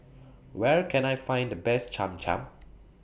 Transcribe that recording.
Where Can I Find The Best Cham Cham